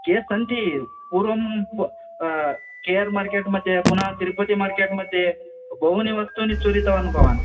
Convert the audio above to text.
case सन्ति पूर्वं K R market मध्ये पुनः तिरुपति मार्केट् मध्ये बहूनि वस्तूनि चोरितवान् भवान्